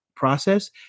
process